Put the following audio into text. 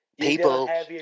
People